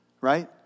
right